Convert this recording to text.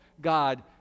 God